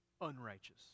unrighteous